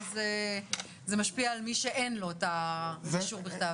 זה משפיע על מי שאין לו אישור בכתב.